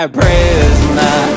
prisoner